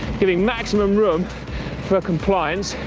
giving maximum room for compliance,